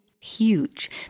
huge